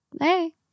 Hey